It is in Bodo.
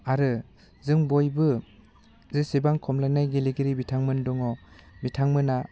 आरो जों बयबो जेसेबां खमलायनाय गेलेगिरि बिथांमोन दङ बिथांमोना